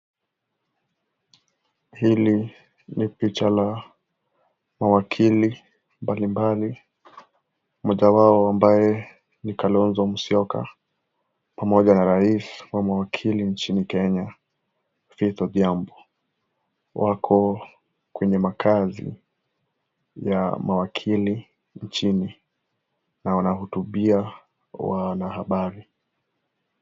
Hili ni picha la mawakili mbali mbali mmoja wao ambaye ni Kalonzo Musyioka mmoja rais wa mawakili nchini kenya Ruth Odhiambo wako kwenye makaazi ya mawakili nchini na wanahutubia wanahabari.